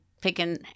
picking